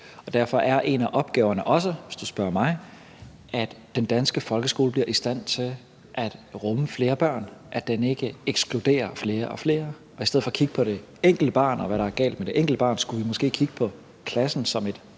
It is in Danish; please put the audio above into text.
Og derfor er en af opgaverne også, hvis du spørger mig, at den danske folkeskole bliver i stand til at rumme flere børn, at den ikke ekskluderer flere og flere. Og i stedet for at kigge på det enkelte barn og hvad der er galt med det enkelte barn, skulle vi måske kigge på klassen som et